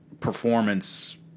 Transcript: performance